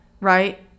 Right